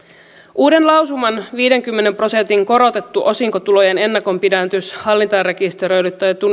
uuden lausuman viidenkymmenen prosentin korotettu osinkotulojen ennakonpidätys hallintarekisteröidylle ja ja